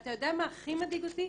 ואתה יודע מה הכי מדאיג אותי?